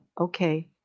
Okay